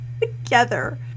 together